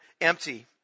empty